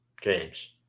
James